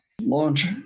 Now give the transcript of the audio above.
launch